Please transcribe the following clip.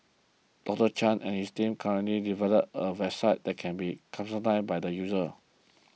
Doctor Chan and his team are currently developing a website that can be customised by the user